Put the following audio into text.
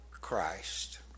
Christ